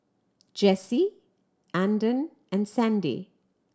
Jessie Andon and Sandi